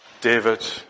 David